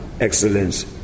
excellence